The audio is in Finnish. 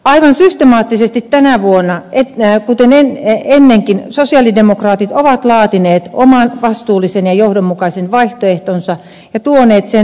aivan systemaattisesti tänä vuonna kuten ennenkin sosialidemokraatit ovat laatineet oman vastuullisen ja johdonmukaisen vaihtoehtonsa ja tuoneet sen avoimeen keskusteluun